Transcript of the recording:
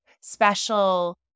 special